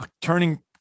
turning